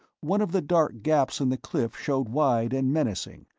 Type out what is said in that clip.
one of the dark gaps in the cliff showed wide and menacing,